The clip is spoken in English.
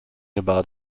about